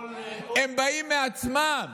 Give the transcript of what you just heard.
הם באים בעצמם.